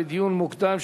לדיון מוקדם,